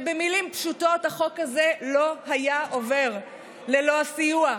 במילים פשוטות, החוק זה לא היה עובר ללא הסיוע,